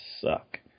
suck